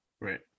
Right